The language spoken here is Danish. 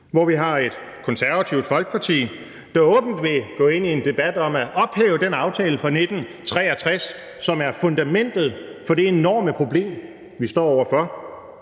hvor vi har et Det Konservative Folkeparti, der åbent vil gå ind i en debat om at ophæve den aftale fra 1963, som er fundamentet for det enorme problem, vi står over for.